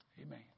Amen